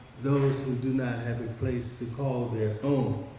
those who do not have a place to call their own.